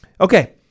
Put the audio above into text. Okay